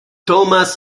thomas